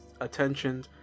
attention